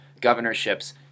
governorships